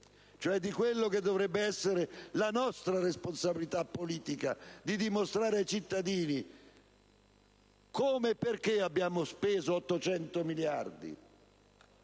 cioè di quella che dovrebbe essere la nostra responsabilità politica di dimostrare ai cittadini come e perché l'abbiamo spesa (si tratta di